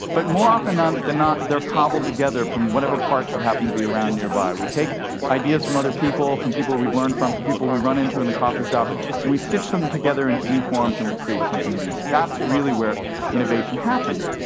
but more often ah and than not, they're cobbled together from whatever parts that happen to be around nearby. we take ideas from other people, people we've learned from, people we run into in the coffee shop, and we stitch them together into new forms and we create something new. that's really where innovation happens.